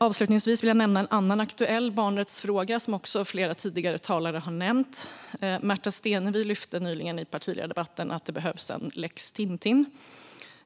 Avslutningsvis vill jag nämna en annan aktuell barnrättsfråga som också flera tidigare talare har nämnt. Märta Stenevi lyfte nyligen i partiledardebatten att det behövs en lex Tintin.